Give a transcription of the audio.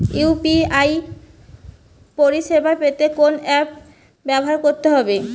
UPI পরিসেবা পেতে কোন অ্যাপ ব্যবহার করতে হবে?